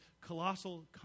colossal